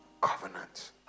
covenant